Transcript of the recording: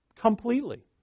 Completely